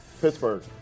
Pittsburgh